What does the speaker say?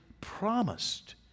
promised